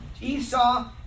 Esau